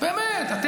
לכבד